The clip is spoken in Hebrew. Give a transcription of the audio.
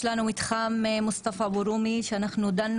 יש לנו מתחם מוסטפא אבו רומי שאנחנו דנו